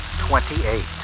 twenty-eight